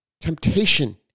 temptation